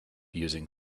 using